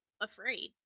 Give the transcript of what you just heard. afraid